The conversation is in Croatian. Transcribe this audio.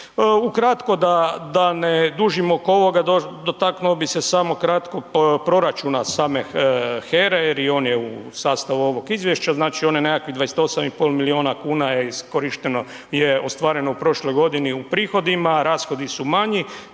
Ukratko da, da ne dužimo oko ovoga, dotaknuo bi se samo kratko proračuna same HERA-e jer i on je u sastavu ovog izvješća, znači on je nekakvih 28,5 milijuna kuna je iskorišteno, je ostvareno u prošloj godini u prihodima, rashodi su manji,